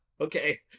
okay